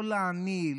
לא לעני,